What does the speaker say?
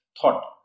thought